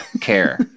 care